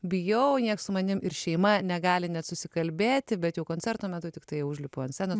bijau nieks su manim ir šeima negali net susikalbėti bet jau koncerto metu tiktai užlipu ant scenos